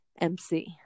mc